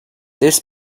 this